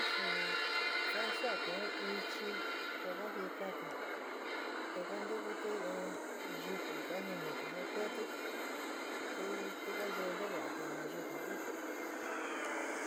Chi ka saati in ichi te ka jikati te ka ntukuti in yuku ka jiniti ja keeti tu tu ka yee ntevati na yuku kuu.